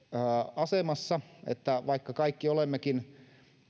asemassa että vaikka kaikki olemmekin